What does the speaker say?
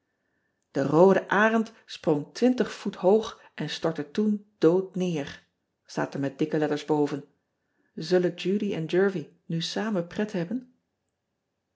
e oode rend sprong twintig voet hoog en stortte toen dood veer staat er met dikke letters boven ullen udy en ervie nu samen pret hebben